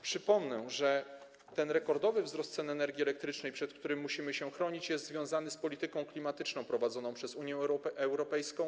Przypomnę, że ten rekordowy wzrost cen energii elektrycznej, przed którym musimy się chronić, jest związany z polityką klimatyczną prowadzoną przez Unię Europejską.